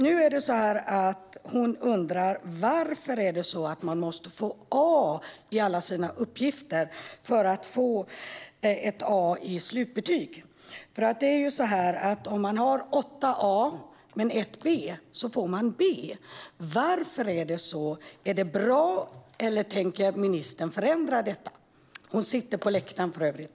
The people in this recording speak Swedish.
Nu undrar hon varför man måste få betyget A på alla sina uppgifter för att få ett A i slutbetyg. Det är ju så att om man får åtta A och ett B så får man B. Varför är det så? Är det bra, eller tänker ministern förändra detta? Tilde sitter för övrigt på läktaren.